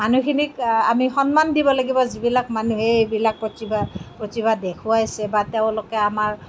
মানুহখিনিক আমি সন্মান দিব লাগিব যিবিলাক মানুহে এইবিলাক প্ৰতিভা প্ৰতিভা দেখুৱাইছে বা তেওঁলোকে আমাৰ